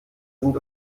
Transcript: sind